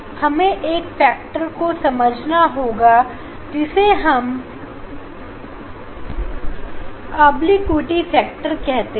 हमें एक फैक्टर को समझना होगा जिसे हम ऑब्लिक्विटी फैक्टर कहते हैं